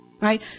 Right